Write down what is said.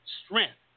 strength